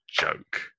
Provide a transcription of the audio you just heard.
joke